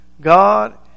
God